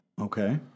Okay